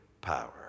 power